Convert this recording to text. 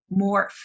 morph